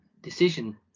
decision